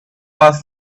was